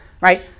right